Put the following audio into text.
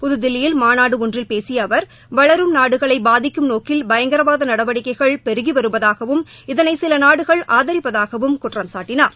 புதுதில்லியில் மாநாடு ஒன்றில் பேசிய அவர் வளரும் நாடுகளை பாதிக்கும் நோக்கில் பயங்கரவாத நடவடிக்கைகள் பெருகி வருவதாகவும் இதனை சில நாடுகள் ஆதரிப்பதாகவும் குற்றம்சாட்டினார்